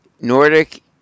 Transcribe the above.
Nordic